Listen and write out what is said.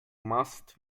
machst